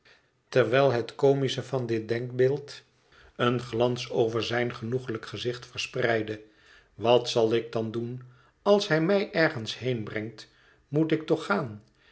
terwijl het comische van dit denkbeeld een glans over zijn genoeglijk gezicht verspreidde wat zal ik dan doen als hij mij ergens heen brengt moet ik toch gaan